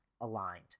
aligned